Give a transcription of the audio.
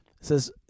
says